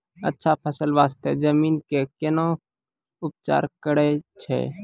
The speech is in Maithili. अच्छा फसल बास्ते जमीन कऽ कै ना उपचार करैय छै